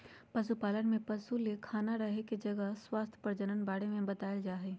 पशुपालन में पशु ले खाना रहे के जगह स्वास्थ्य प्रजनन बारे में बताल जाय हइ